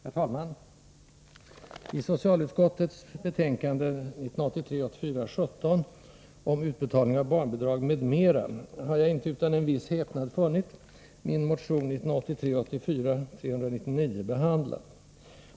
Herr talman! I socialutskottets betänkande 1983 84:399 behandlad.